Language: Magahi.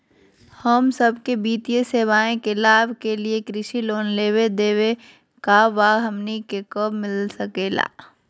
हम सबके वित्तीय सेवाएं के लाभ के लिए कृषि लोन देवे लेवे का बा, हमनी के कब मिलता सके ला?